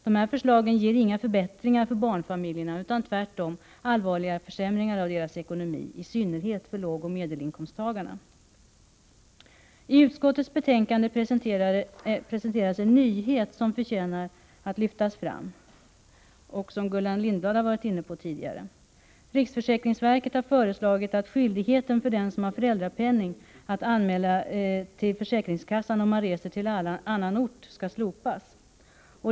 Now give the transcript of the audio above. Förslagen leder inte till några förbättringar för barnfamiljerna utan tvärtom till allvarliga försämringar av deras ekonomi — i synnerhet för lågoch medelinkomsttagarna. I utskottets betänkande presenteras en nyhet som förtjänar att lyftas fram. Gullan Lindblad har tidigare varit inne på detta. Riksförsäkringsverket har föreslagit att skyldigheten för den som har föräldrapenning att till försäkringskassan anmäla resa till annan ort skall slopas.